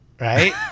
Right